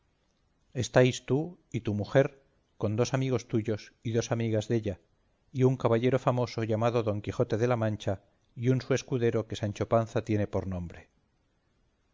estáis tú y tu mujer con dos amigos tuyos y dos amigas della y un caballero famoso llamado don quijote de la mancha y un su escudero que sancho panza tiene por nombre